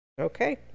Okay